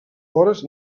vores